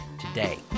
today